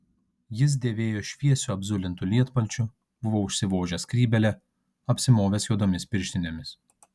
jis dėvėjo šviesiu apzulintu lietpalčiu buvo užsivožęs skrybėlę apsimovęs juodomis pirštinėmis